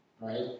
right